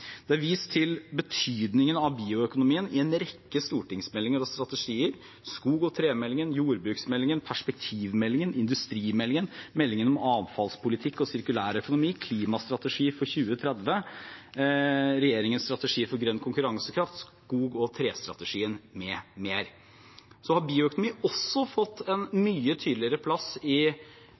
betydningen av bioøkonomien i en rekke stortingsmeldinger og strategier – skog- og tremeldingen, jordbruksmeldingen, perspektivmeldingen, industrimeldingen, meldingen om avfallspolitikk og sirkulær økonomi, klimastrategien for 2030, regjeringens strategi for grønn konkurransekraft, skog- og trestrategien m.m. Så har bioøkonomi også fått en mye tydeligere plass i